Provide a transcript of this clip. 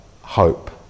hope